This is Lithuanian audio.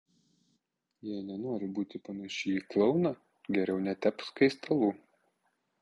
jei nenori būti panaši į klouną geriau netepk skaistalų